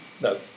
no